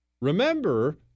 Remember